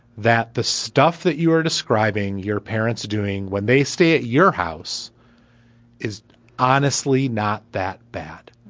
that the stuff that you are describing your parents doing when they stay at your house is honestly not that bad.